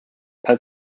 pet